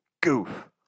goof